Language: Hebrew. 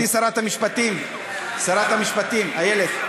גברתי שרת המשפטים, שרת המשפטים, איילת,